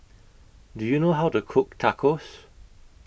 Do YOU know How to Cook Tacos